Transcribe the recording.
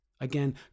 again